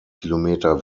kilometer